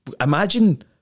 Imagine